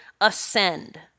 ascend